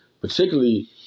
particularly